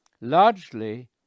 largely